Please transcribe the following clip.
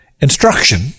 instruction